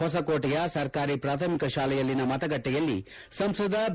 ಹೊಸಕೋಟೆಯ ಸರ್ಕಾರಿ ಪ್ರಾಥಮಿಕ ಶಾಲೆಯಲ್ಲಿನ ಮತಗಟ್ಟೆಯಲ್ಲಿ ಸಂಸದ ಬಿ